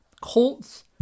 Colts